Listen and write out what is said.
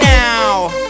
now